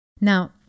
Now